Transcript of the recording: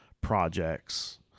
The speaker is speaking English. projects